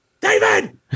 David